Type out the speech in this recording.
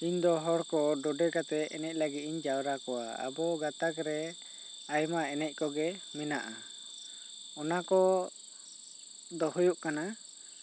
ᱤᱧ ᱫᱚ ᱦᱚᱲ ᱠᱚ ᱰᱚᱰᱮ ᱠᱟᱛᱮ ᱮᱱᱮᱡ ᱞᱟᱹᱜᱤᱫ ᱤᱧ ᱡᱟᱣᱨᱟ ᱠᱚᱣᱟ ᱟᱵᱚ ᱜᱟᱛᱟᱠ ᱨᱮ ᱟᱭᱢᱟ ᱮᱱᱮᱡ ᱠᱚᱜᱮ ᱢᱮᱱᱟᱜᱼᱟ ᱚᱱᱟ ᱠᱚ ᱫᱚ ᱦᱩᱭᱩᱜ ᱠᱟᱱᱟ